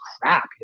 crap